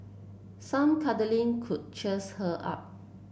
some cuddling could cheers her up